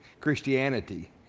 Christianity